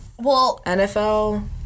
NFL